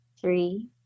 three